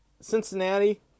Cincinnati